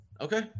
Okay